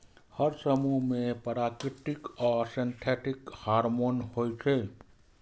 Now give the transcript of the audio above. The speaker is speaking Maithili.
हर समूह मे प्राकृतिक आ सिंथेटिक हार्मोन होइ छै